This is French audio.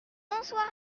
bonsoir